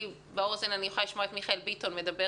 באוזן אני יכולה לשמוע את מיכאל ביטון מדבר